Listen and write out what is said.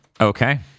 Okay